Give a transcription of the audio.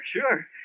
sure